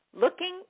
Looking